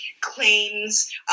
claims